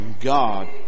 God